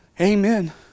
Amen